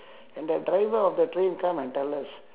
and that driver of the train come and tell us